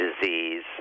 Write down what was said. disease